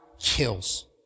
kills